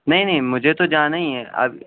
نہیں نہیں مجھے تو جانا ہی ہے اب